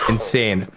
Insane